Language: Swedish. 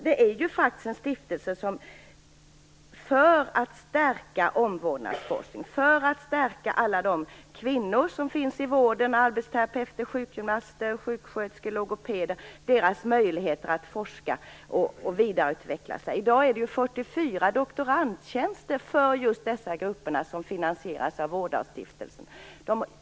Det här är faktiskt stiftelser som är till för att stärka omvårdnadsforskningen och möjligheterna för kvinnorna inom vården - arbetsterapeuter, sjukgymnaster, sjuksköterskor, logopeder etc. - att forska och vidareutbilda sig. I dag finansieras 44 doktorandtjänster för just dessa grupper av Vårdalstiftelserna.